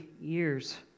years